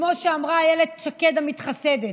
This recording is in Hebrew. כמו שאמרה אילת שקד המתחסדת.